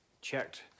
checked